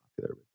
popular